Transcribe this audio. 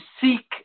seek